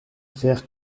faire